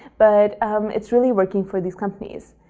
but it's really working for these companies.